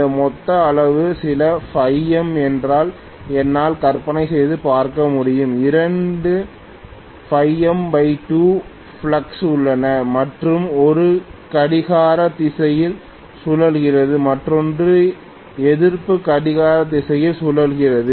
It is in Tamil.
இந்த மொத்த அளவு சில φm என்றால் என்னால் கற்பனை செய்து பார்க்க முடியும் இரண்டு φm2 ஃப்ளக்ஸ் உள்ளன மற்றும் 1 கடிகார திசையில் சுழல்கிறது மற்றொன்று எதிர்ப்பு கடிகார திசையில் சுழல்கிறது